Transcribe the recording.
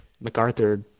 MacArthur